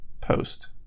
post